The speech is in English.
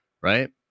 Right